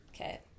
Okay